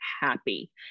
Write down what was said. happy